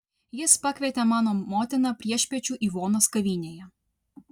jis pakvietė mano motiną priešpiečių ivonos kavinėje